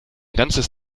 ganzes